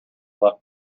left